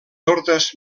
ordes